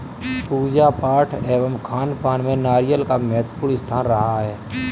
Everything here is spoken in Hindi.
पूजा पाठ एवं खानपान में नारियल का महत्वपूर्ण स्थान रहा है